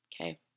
okay